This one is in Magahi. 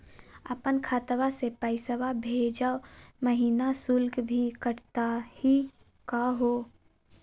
अपन खतवा से पैसवा भेजै महिना शुल्क भी कटतही का हो?